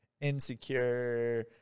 insecure